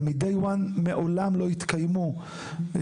אבל מ- day one מעולם לא התקיימו בהעסקת